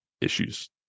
issues